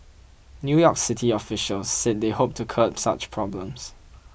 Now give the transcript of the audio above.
New York City officials said they hoped to curb such problems